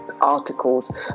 articles